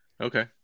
Okay